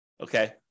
Okay